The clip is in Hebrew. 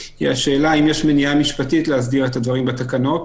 היא השאלה אם יש מניעה משפטית להסדיר את הדברים בתקנות,